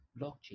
blockchain